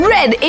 Red